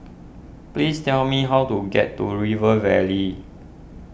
please tell me how to get to River Valley